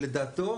לדעתו,